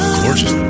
gorgeous